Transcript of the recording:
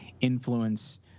influence